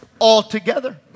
altogether